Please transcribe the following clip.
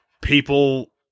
people